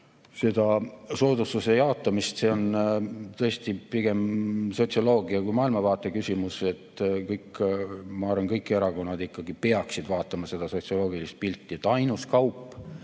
soodustuse jaotamist. See on tõesti pigem sotsioloogia kui maailmavaate küsimus. Ma arvan, kõik erakonnad ikkagi peaksid vaatama seda sotsioloogilist pilti. Ainus kaup,